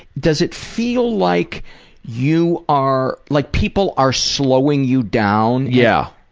does it feel like you are like people are slowing you down? yeah.